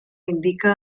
indica